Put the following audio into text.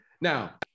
Now